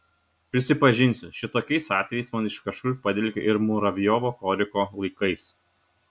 prisipažinsiu šitokiais atvejais man iš kažkur padvelkia ir muravjovo koriko laikais